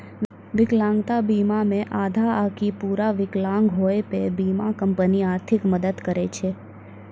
विकलांगता बीमा मे आधा आकि पूरा विकलांग होय पे बीमा कंपनी आर्थिक मदद करै छै